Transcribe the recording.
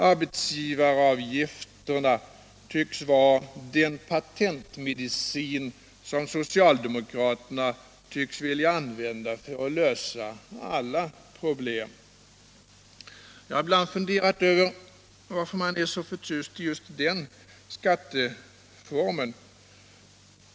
Arbetsgivaravgifterna tycks vara den patentmedicin som socialdemokraterna vill använda för att lösa alla problem. Jag har ibland funderat över varför man är så förtjust i den skatteformen.